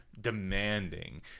demanding